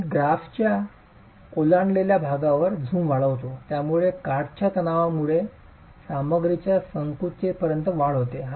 तर मी ग्राफच्या ओलांडलेल्या भागावर झूम वाढवितो ज्यामुळे काठच्या तणावामुळे सामग्रीच्या संकुचिततेपर्यंत वाढ होते